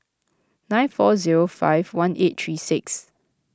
nine four zero five one eight three six